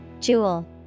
Jewel